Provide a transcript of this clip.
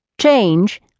Change